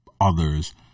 others